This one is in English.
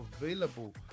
available